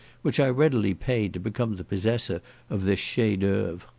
which i readily paid to become the possessor of this chef d'oeuvre.